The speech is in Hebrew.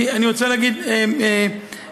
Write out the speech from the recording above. אני רוצה להגיד מילה.